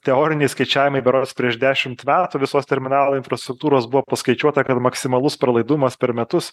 teoriniai skaičiavimai berods prieš dešimt metų visos terminalo infrastruktūros buvo paskaičiuota kad maksimalus pralaidumas per metus